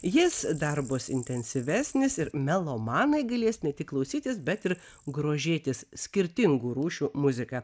jis dar bus intensyvesnis ir melomanai galės ne tik klausytis bet ir grožėtis skirtingų rūšių muzika